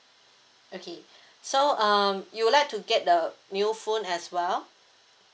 okay so um you would like to get the new phone as well